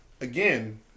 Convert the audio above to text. again